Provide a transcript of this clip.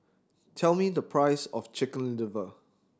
tell me the price of Chicken Liver